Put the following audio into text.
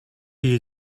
you